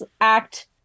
act